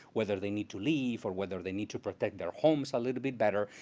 whether they need to leave, or whether they need to protect their homes a little bit better,